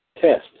Test